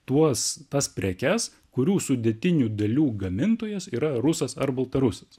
tuos tas prekes kurių sudėtinių dalių gamintojas yra rusas ar baltarusas